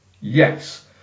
Yes